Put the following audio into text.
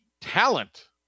talent